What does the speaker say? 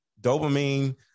Dopamine